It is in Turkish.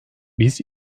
biz